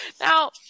Now